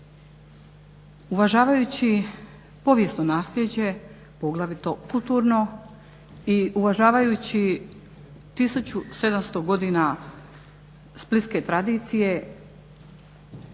Uvažavajući povijesno naslijeđe, poglavito kulturno i uvažavajući 1700 godina splitske tradicije